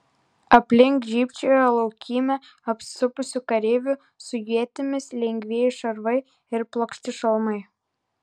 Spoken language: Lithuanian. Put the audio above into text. aplink žybčiojo laukymę apsupusių kareivių su ietimis lengvieji šarvai ir plokšti šalmai